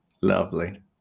Lovely